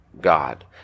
god